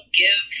give